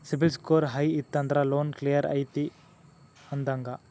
CIBIL score high ಇತ್ತಂದ್ರ loan clear ಐತಿ ಅಂದಂಗ